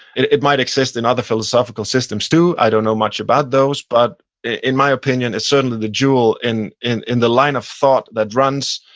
it might exist in other philosophical systems too i don't know much about those, but in my opinion, it's certainly the jewel in in the line of thought that runs,